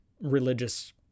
religious